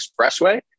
Expressway